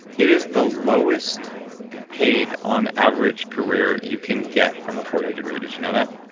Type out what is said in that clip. it is the lowest paid on average career you can get from a four-year degree. did you know that?